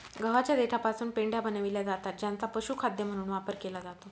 गव्हाच्या देठापासून पेंढ्या बनविल्या जातात ज्यांचा पशुखाद्य म्हणून वापर केला जातो